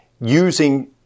using